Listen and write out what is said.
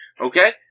Okay